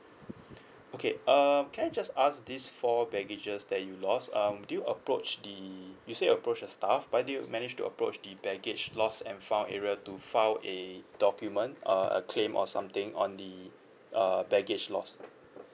okay um can I just ask these four baggages that you lost um did you approach the you said approached the staff but did you manage to approach the baggage lost and found area to file a document uh a claim or something on the uh baggage lost